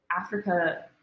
Africa